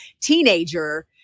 teenager